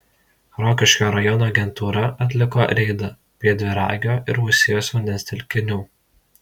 rokiškio rajono agentūra atliko reidą prie dviragio ir uosijos vandens telkinių